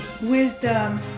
wisdom